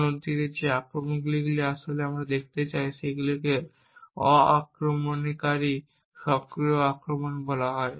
অন্যদিকে যে আক্রমণগুলোকে আমরা আসলে দেখতে চাই সেগুলোকে অ আক্রমণকারী সক্রিয় আক্রমণ বলা হয়